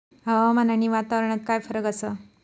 हवामान आणि वातावरणात काय फरक असा?